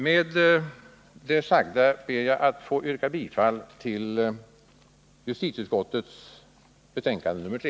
Med det sagda ber jag att få yrka bifall till justitieutskottets hemställan i dess betänkande nr 3.